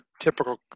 typical